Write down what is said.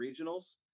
Regionals